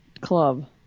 club